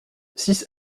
six